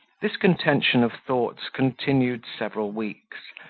this contention of thoughts continued several weeks,